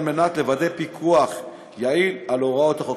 על מנת לבצע פיקוח יעיל על הוראות החוק.